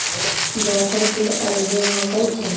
जाफर के अलगे महकइ छइ